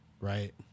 right